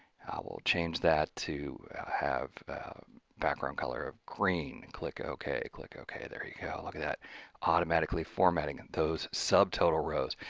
we'll change that to have a background color of green. click ok, click ok, there you look at that automatically formatting those subtotal rows.